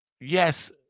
Yes